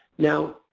now,